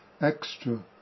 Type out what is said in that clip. extra